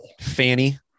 fanny